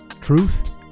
Truth